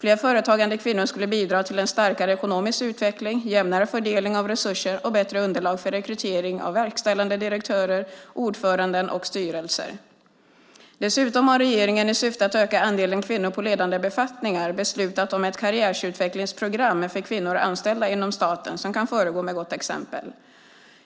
Fler företagande kvinnor skulle bidra till en starkare ekonomisk utveckling, jämnare fördelning av resurser och bättre underlag för rekrytering av verkställande direktörer, ordförande och styrelser. Dessutom har regeringen i syfte att öka andelen kvinnor på ledande befattningar beslutat om ett karriärutvecklingsprogram för kvinnor anställda inom staten som kan föregå med gott exempel.